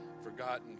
forgotten